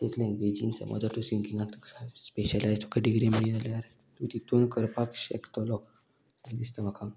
तेच लँग्वेजीन समज जर तूं सिंगिगाक स्पेशलायज्ड तुका डिग्री मेळ्ळी जाल्यार तूं तितून करपाक शकतलो अशें दिसता म्हाका